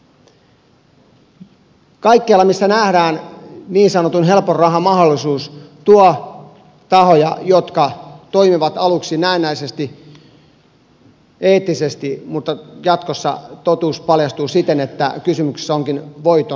aina kun nähdään niin sanotun helpon rahan mahdollisuus se tuo tahoja jotka toimivat aluksi näennäisesti eettisesti mutta jatkossa totuus paljastuu siten että kysymyksessä onkin voiton maksimoiminen